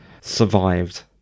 survived